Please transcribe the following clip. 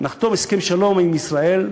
נחתום על הסכם שלום עם ישראל,